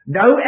no